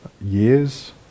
years